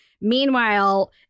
Meanwhile